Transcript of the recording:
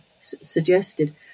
suggested